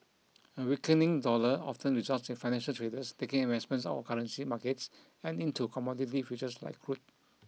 a weakening dollar often results in financial traders taking investments out of currency markets and into commodity futures like crude